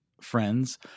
friends